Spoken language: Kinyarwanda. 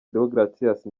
deogratias